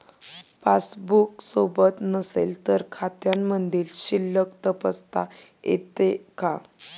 Passbook सोबत नसेल तर खात्यामधील शिल्लक तपासता येते का?